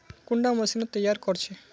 कुंडा मशीनोत तैयार कोर छै?